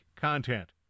content